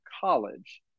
college